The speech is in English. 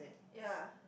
ya